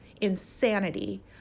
insanity